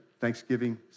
thanksgiving